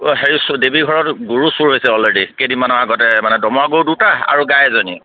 অঁ হেৰি দেৱীঘৰত গৰু চুৰ হৈছে অলৰেডি কেইদিনমানৰ আগতে মানে দমৰা গৰু দুটা আৰু গাই এজনী